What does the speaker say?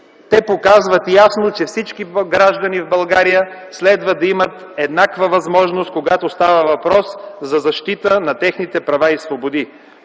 те показват ясно, че всички граждани в България следва да имат еднаква възможност, когато става въпрос за защита на техните права и свободи.